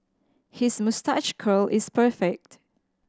his moustache curl is perfect